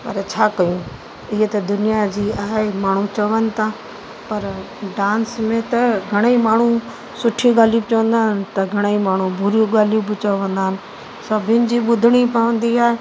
पर छा कयूं हीअं त दुनिया जी माण्हू चवनि था पर डांस में त घणेई माण्हू सुठी ॻाल्हियूं चवंदा आहिनि त घणेई माण्हू बुरियूं ॻाल्हियूं बि चवंदा आहिनि सभिनी जी ॿुधिणी पवंदी आहे